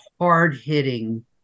hard-hitting